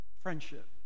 Friendship